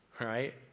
right